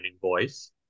voice